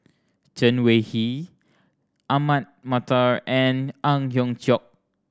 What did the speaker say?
Chen Wen Hsi Ahmad Mattar and Ang Hiong Chiok